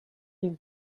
leave